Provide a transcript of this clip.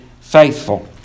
faithful